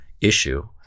issue